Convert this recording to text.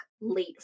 late